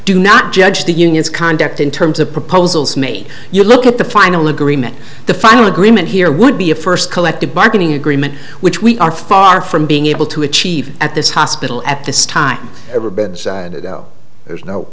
do not judge the union's conduct in terms of proposals made you look at the final agreement the final agreement here would be a first collective bargaining agreement which we are far from being able to achieve at this hospital at this time though there's no